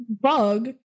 bug